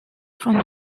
from